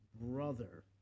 brother